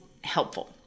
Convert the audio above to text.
helpful